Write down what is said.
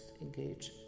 engage